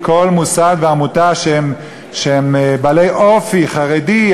וכל מוסד ועמותה שהם בעלי אופי חרדי,